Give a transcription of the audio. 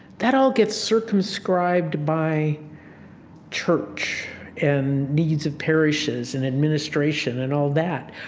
that all gets circumscribed by church and needs of parishes and administration and all that.